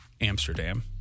Amsterdam